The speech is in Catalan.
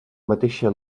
mateixa